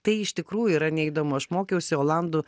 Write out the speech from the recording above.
tai iš tikrųjų yra neįdomu aš mokiausi olandų